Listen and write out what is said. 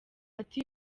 ati